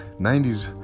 90s